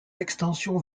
extensions